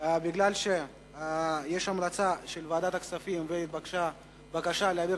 מכיוון שיש המלצה של ועדת הכספים,